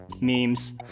Memes